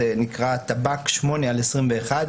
זה נקרא תב"כ 8/21,